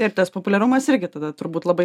ir tas populiarumas irgi tada turbūt labai